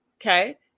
Okay